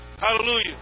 Hallelujah